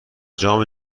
جام